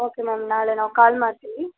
okay ma'am ನಾಳೆ ನಾವು call ಮಾಡ್ತೀವಿ